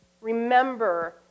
Remember